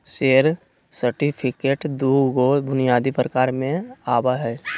share certificate दू गो बुनियादी प्रकार में आवय हइ